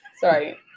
Sorry